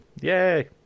Yay